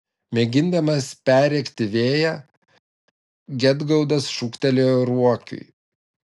mėgindamas perrėkti vėją gedgaudas šūktelėjo ruokiui